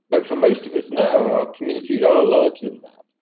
but for most of us now, our communities are larger than that.